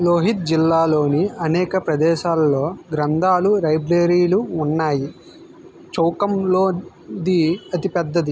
లోహిత్ జిల్లాలోని అనేక ప్రదేశాలలో గ్రంథాలు లైబ్రరీలు ఉన్నాయి చౌకమ్లోది అతిపెద్దది